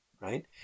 right